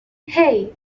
hey